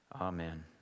Amen